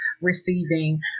receiving